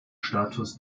status